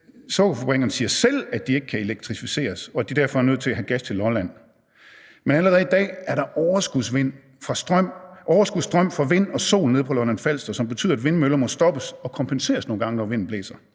Sukkerfabrikkerne siger selv, at de ikke kan elektrificeres, og at de derfor er nødt til at have gas til Lolland. Men allerede i dag er der overskudsstrøm fra vind og sol nede på Lolland-Falster, som betyder, at vindmøller må stoppes og kompenseres nogle gange, når vinden blæser.